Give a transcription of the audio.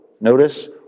Notice